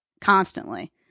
constantly